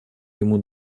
ему